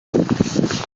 эбит